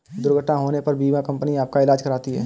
दुर्घटना होने पर बीमा कंपनी आपका ईलाज कराती है